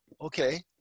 Okay